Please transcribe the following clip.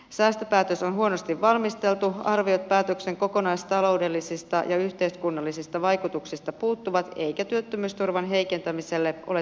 säästöpäätös on huonosti valmisteltu arviot päätöksen kokonaistaloudellisista ja yhteiskunnallisista vaikutuksista puuttuvat eikä työttömyysturvan heikentämiselle ole työvoimapoliittisia perusteita